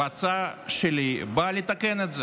ההצעה שלי באה לתקן את זה.